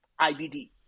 IBD